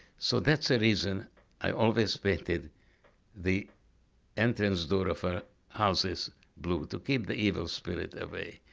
so that's the reason i always painted the entrance door of our houses blue, keep the evil spirit away.